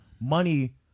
money